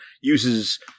uses